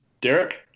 Derek